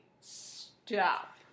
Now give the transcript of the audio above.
stop